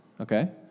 okay